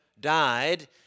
died